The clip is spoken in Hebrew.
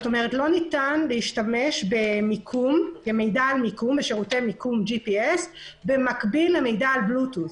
לא ניתן להשתמש במידע על שירותי מיקום במקביל למידע על בלוטות'.